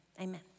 amen